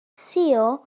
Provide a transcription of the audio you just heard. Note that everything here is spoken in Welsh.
suo